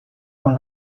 con